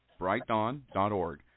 brightdawn.org